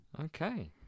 Okay